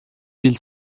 viel